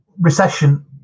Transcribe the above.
recession